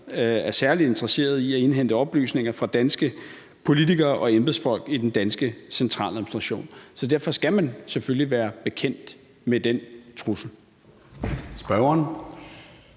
er særlig interesserede i at indhente oplysninger fra danske politikere og embedsfolk i den danske centraladministration. Så derfor skal man selvfølgelig være bekendt med den trussel.